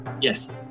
Yes